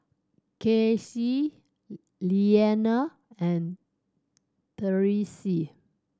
Kaycee Lilianna and Tyreese